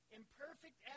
imperfect